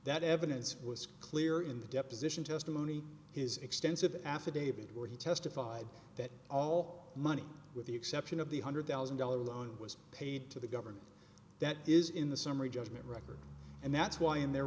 that evidence was clear in the deposition testimony his extensive affidavit where he testified that all money with the exception of the hundred thousand dollars loan was paid to the government that is in the summary judgment record and that's why